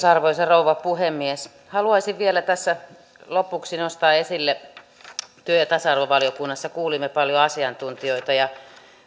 arvoisa rouva puhemies haluaisin vielä tässä lopuksi nostaa esille sen että työ ja tasa arvovaliokunnassa kuulimme paljon asiantuntijoita ja